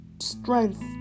strength